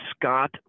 Scott